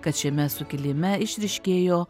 kad šiame sukilime išryškėjo